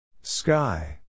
Sky